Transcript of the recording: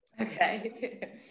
Okay